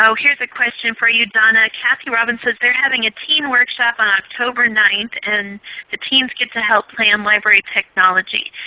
so here's a question for you donna. kathy robins says, they're having a teen workshop on october ninth, and the teens get to help plan library technology.